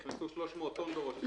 נכנסו 300 טון בראש השנה.